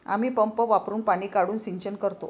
आम्ही पंप वापरुन पाणी काढून सिंचन करतो